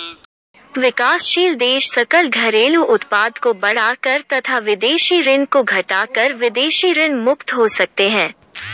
विकासशील देश अपने सकल घरेलू उत्पाद को बढ़ाकर तथा विदेशी ऋण को घटाकर विदेशी ऋण से मुक्त हो सकते हैं